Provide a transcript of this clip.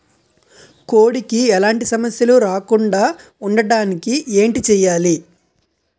కోడి కి ఎలాంటి సమస్యలు రాకుండ ఉండడానికి ఏంటి చెయాలి?